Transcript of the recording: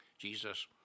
Jesus